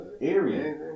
area